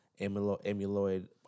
amyloid